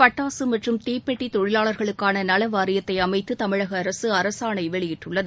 பட்டாசு மற்றும் தீப்பெட்டி தொழிலாளர்களுக்கான நல வாரியத்தை அமைத்து தமிழக அரசு அரசாணை வெளியிட்டுள்ளது